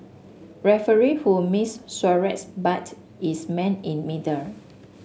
referee who missed Suarez bite is man in middle